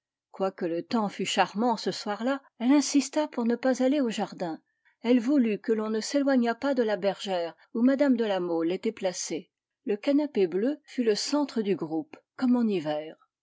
quoique le temps fût charmant ce soir-là elle insista pour ne pas aller au jardin elle voulut que l'on ne s'éloignât pas de la bergère où mme de la mole était placée le canapé bleu fut le centre du groupe comme en hiver